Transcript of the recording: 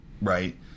right